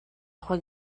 joan